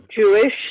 Jewish